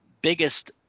biggest